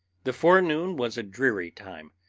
the forenoon was a dreary time,